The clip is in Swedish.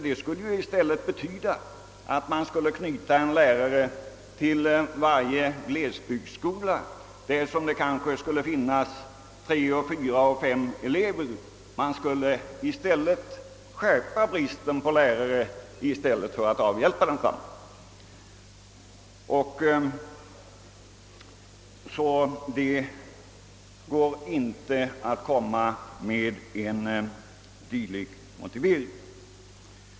Det skulle ju i stället betyda att man skulle knyta en lärare till varje glesbygdsskola där det kanske finns tre, fyra eller fem elever. Man skulle skärpa bristen på lärare i stället för att avhjälpa den. Det går alltså inte att anföra en dylik motivering.